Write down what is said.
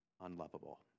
unlovable